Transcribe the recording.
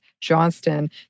Johnston